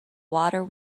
water